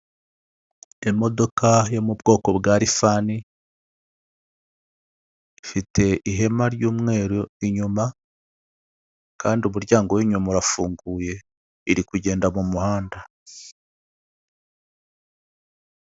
Imodoka yo mu bwoko bwa lifani ifite ihema ry'umweru inyuma kandi umuryango w'inyuma urafunguye iri kugenda mu muhanda.